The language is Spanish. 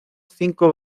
cinco